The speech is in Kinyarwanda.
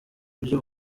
buryo